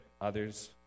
others